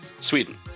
Sweden